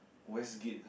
Westgate